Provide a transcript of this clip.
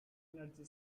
energy